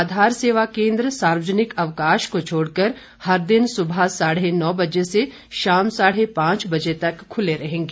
आधार सेवा केन्द्र सार्वजनिक अवकाश को छोड़कर हर दिन सुबह साढ़े नौ बजे से शाम साढ़े पांच बजे तक खुले रहेंगे